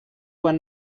were